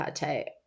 pate